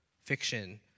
Fiction